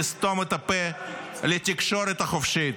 נסתום את הפה לתקשורת החופשית.